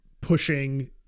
pushing